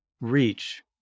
reach